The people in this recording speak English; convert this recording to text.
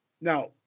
Now